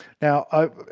Now